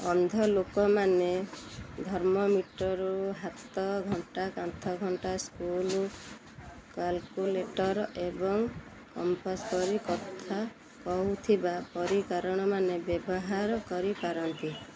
ଅନ୍ଧ ଲୋକମାନେ ଥର୍ମୋମିଟର୍ ହାତ ଘଣ୍ଟା କାନ୍ଥ ଘଣ୍ଟା ସ୍କେଲ୍ କାଲକୁଲେଟର୍ ଏବଂ କମ୍ପାସ୍ ପରି କଥାକହୁଥିବା ବ୍ୟବହାର କରିପାରନ୍ତି